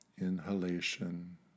inhalation